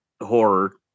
horror